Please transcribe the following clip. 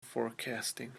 forecasting